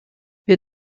wir